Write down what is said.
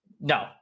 No